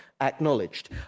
acknowledged